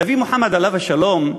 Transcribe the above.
הנביא מוחמד, עליו השלום,